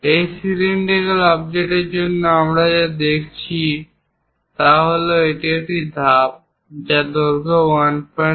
এই সিলিন্ডিকাল অবজেক্টর জন্য আমরা যা দেখাচ্ছি তা হল একটি ধাপ যার দৈর্ঘ্য 175